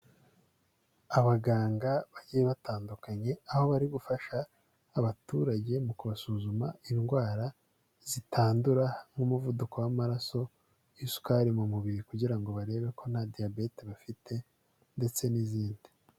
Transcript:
Abaganga bagiye batandukanye aho bari gufasha abaturage mu kubasuzuma indwara zitandura nk'umuvuduko w'amaraso, isukari mu mubiri kugira ngo barebe ko nta diyabete bafite ndetse n'izindi.